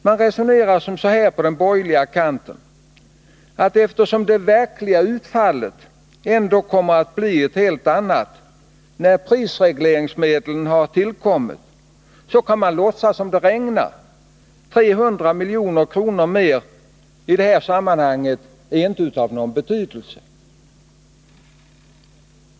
Man resonerar så här på den borgerliga kanten: Eftersom det verkliga utfallet ändå kommer att bli ett helt annat när prisregleringsmedlen har tillkommit kan man låtsas som det regnar — 300 milj.kr. mer är i det här sammanhanget inte av någon betydelse.